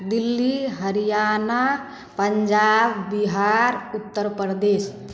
Delhi Haryana Punjab Bihar Uttar Pradesh